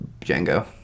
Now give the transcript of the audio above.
Django